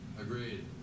Agreed